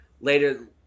later